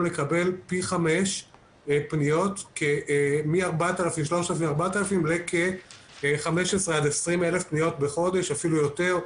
לקבל פי 5 פניות מ-3,000-4,000 לכ-15,000-20,000 פניות בחודש אפילו יותר,